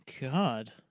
God